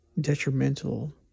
detrimental